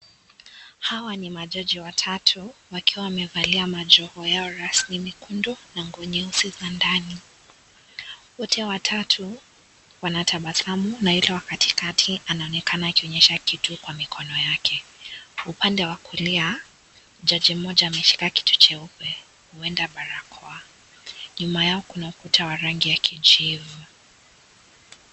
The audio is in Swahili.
Hawa ni majaji watatu wakiwa wamevalia majoho yao rasmi nyekundu na nguo nyeusi za ndani. Wote watatu wanatabasamu na huyo wa Kati kati anaonekana akionyeshana kitu kwa mikono yake. Upande wa kulia, jaji mmoja ameshika kitu jeupe, huenda barakoa. Nyuma yao kuna ukuta wa rangi ya kijivu.